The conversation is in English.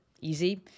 easy